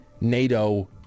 NATO